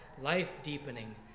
life-deepening